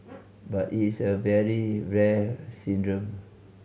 but it's a very rare syndrome